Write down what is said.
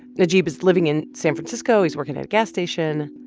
najeeb is living in san francisco. he's working at a gas station.